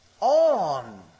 on